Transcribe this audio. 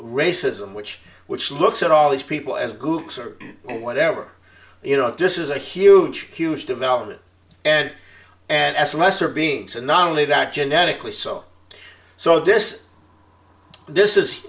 racism which which looks at all these people as goofs or whatever you know this is a huge huge development and and as lesser beings and not only that genetically so so this this is